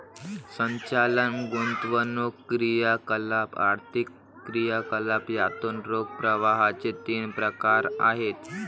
संचालन, गुंतवणूक क्रियाकलाप, आर्थिक क्रियाकलाप यातून रोख प्रवाहाचे तीन प्रकार आहेत